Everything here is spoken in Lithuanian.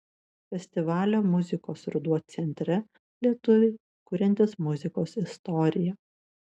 festivalio muzikos ruduo centre lietuviai kuriantys muzikos istoriją